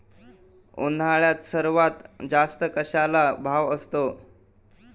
उन्हाळ्यात सर्वात जास्त कशाला भाव असतो?